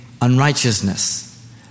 unrighteousness